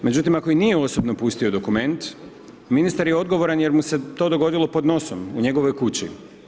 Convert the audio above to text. Međutim, ako i nije osobno pustio dokument, ministar je odgovoran jer mu se to dogodilo pod nosom, u njegovoj kući.